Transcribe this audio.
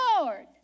Lord